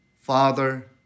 Father